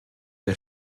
der